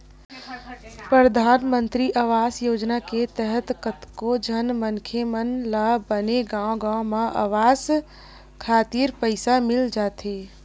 परधानमंतरी आवास योजना के तहत कतको झन मनखे मन ल बने गांव गांव म अवास खातिर पइसा मिल जाथे